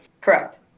Correct